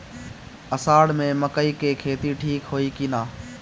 अषाढ़ मे मकई के खेती ठीक होई कि ना?